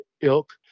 ilk